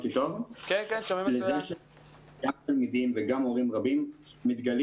על כך שגם הורים וגם תלמידים רבים מתגלים